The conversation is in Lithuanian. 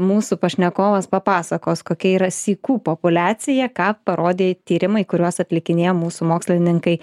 mūsų pašnekovas papasakos kokia yra sykų populiacija ką parodė tyrimai kuriuos atlikinėjo mūsų mokslininkai